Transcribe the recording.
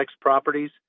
properties